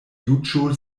juĝo